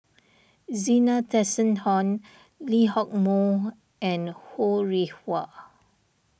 Zena Tessensohn Lee Hock Moh and Ho Rih Hwa